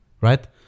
right